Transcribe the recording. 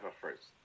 first